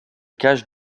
cache